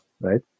right